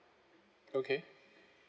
okay